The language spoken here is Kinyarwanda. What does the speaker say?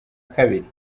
kabiri